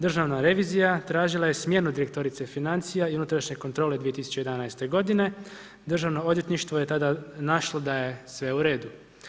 Državna revizija, tražila je smjenu direktorice financije i unutrašnje kontrole 2011. g. Državno odvjetništvo je tada našlo da je sve u redu.